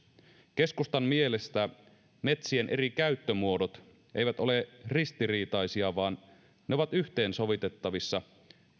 keskustan mielestä metsien eri käyttömuodot eivät ole ristiriitaisia vaan ne ovat yhteensovitettavissa